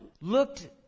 looked